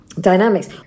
dynamics